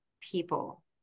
people